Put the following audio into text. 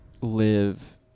live